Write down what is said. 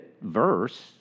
verse